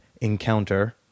encounter